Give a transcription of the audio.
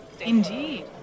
indeed